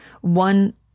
One